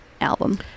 album